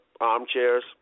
armchairs